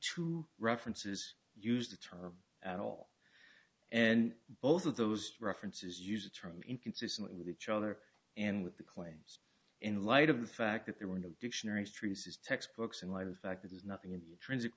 true references used the term at all and both of those references use the term inconsistent with each other and with the claims in light of the fact that there were no dictionaries true says textbooks in light of fact it is nothing in transit